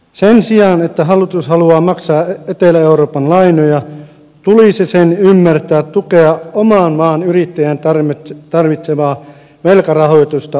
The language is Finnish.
sen sijaan että hallitus haluaa maksaa etelä euroopan lainoja tulisi sen ymmärtää tukea oman maan yrittäjien tarvitsemaa velkarahoitusta uusille yrityksille